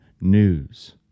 news